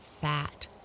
fat